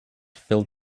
filled